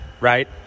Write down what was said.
right